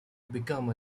become